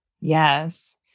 Yes